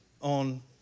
on